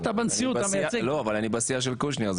אני בסיעה של קושניר.